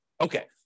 Okay